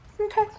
Okay